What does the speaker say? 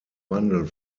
wandel